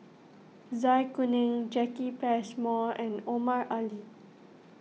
Zai Kuning Jacki Passmore and Omar Ali